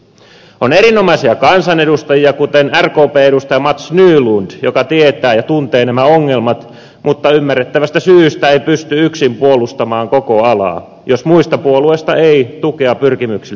on erinomaisia kansanedustajia kuten rkpn edustaja mats nylund joka tietää ja tuntee nämä ongelmat mutta ymmärrettävästä syystä ei pysty yksin puolustamaan koko alaa jos muista puolueista ei tukea pyrkimyksille tule